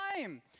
time